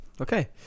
Okay